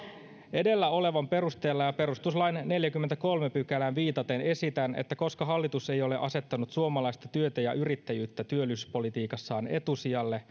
edellä olevan perusteella ja perustuslain neljänteenkymmenenteenkolmanteen pykälään viitaten esitän että koska hallitus ei ole asettanut suomalaista työtä ja yrittäjyyttä työllisyyspolitiikassaan etusijalle